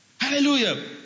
Hallelujah